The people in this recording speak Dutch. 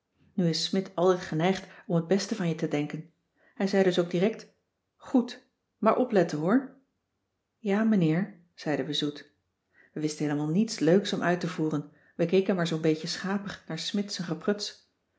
nu is smidt altijd geneigd om het beste van je te denken hij zei dus ook direct goed maar opletten hoor ja meneer zeiden we zoet we wisten heelemaal niets leuks om uit te voeren we keken maar zoo'n beetje schapig naar smidt z'n